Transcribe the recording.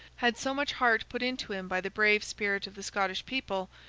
had so much heart put into him by the brave spirit of the scottish people,